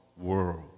world